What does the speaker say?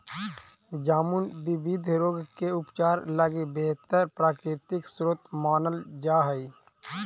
जामुन विविध रोग के उपचार लगी बेहतर प्राकृतिक स्रोत मानल जा हइ